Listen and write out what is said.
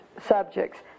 subjects